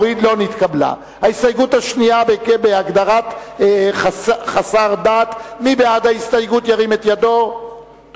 ההסתייגות (1) של קבוצת סיעת מרצ לסעיף 1 לא נתקבלה.